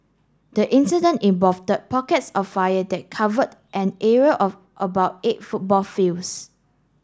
the incident involved pockets of fire that covered an area of about eight football fields